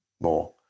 more